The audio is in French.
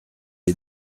est